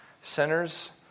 Sinners